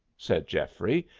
said geoffrey,